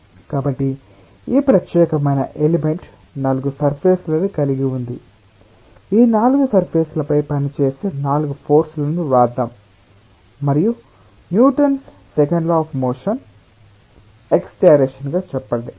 కాబట్టి ఈ ప్రత్యేకమైన ఎలిమెంట్ నాలుగు సర్ఫేస్ లను కలిగి ఉంది ఈ నాలుగు సర్ఫేస్ లపై పనిచేసే నాలుగు ఫోర్స్ లను వ్రాద్దాం మరియు Newton's second law of motion ని x డైరెక్షన్ గా చెప్పండి